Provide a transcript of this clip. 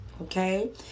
okay